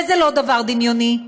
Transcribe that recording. וזה לא דבר דמיוני,